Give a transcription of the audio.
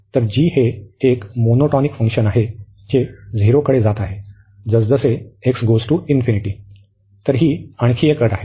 तर g हे एक मोनोटॉनिक फंक्शन आहे जे झिरो कडे जात आहे जसजसे तर ही आणखी एक अट आहे